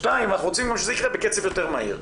שניים אנחנו רוצים גם שזה יקרה בקצב יותר מהיר.